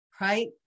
right